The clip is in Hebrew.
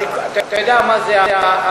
אתה יודע מה זה המצ'ינג.